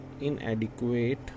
inadequate